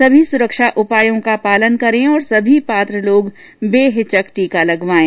सभी सुरक्षा उपायों का पालन करें और सभी पात्र लोग बेहिचक टीका लगवाएं